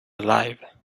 alive